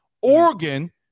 Oregon –